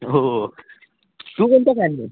हो हो तू कोणता फॅन आहे